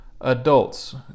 adults